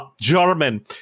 German